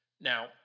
Now